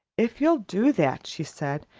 if you'll do that, she said,